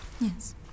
Yes